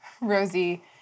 Rosie